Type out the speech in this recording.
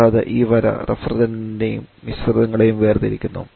കൂടാതെ ഈ വര റെഫ്രിജറന്റ്നെയും മിശ്രിതങ്ങളെയും വേർതിരിക്കുന്നു